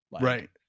Right